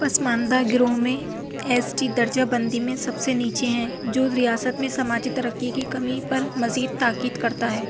پسماندہ گروہ میں ایس ٹی درجہ بندی میں سب سے نیچے ہیں جو ریاست میں سماجی ترقی کی کمی پر مزید تاکید کرتا ہے